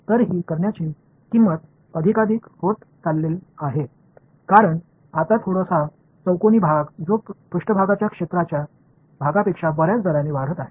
तर ही करण्याची किंमत अधिकाधिक होत चालली आहे कारण आता थोडासा चौकोनी भाग जो पृष्ठभागाच्या क्षेत्राच्या भागापेक्षा बर्याच दराने वाढत आहे